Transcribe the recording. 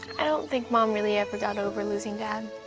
i don't think mom really ever got over losing dad.